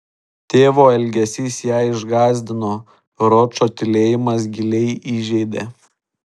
tėvo elgesys ją išgąsdino ročo tylėjimas giliai įžeidė